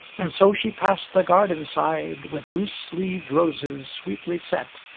and so she passed the garden-side with loose-leaved roses sweetly set,